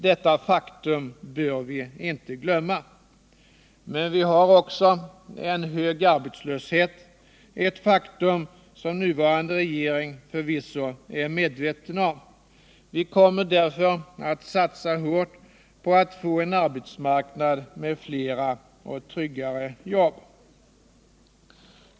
Detta faktum bör vi inte glömma. Men vi har också en hög arbetslöshet — ett faktum som nuvarande regering förvisso är medveten om. Vi kommer därför att satsa hårt på att få en arbetsmarknad med flera och trygga jobb.